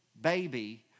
baby